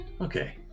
Okay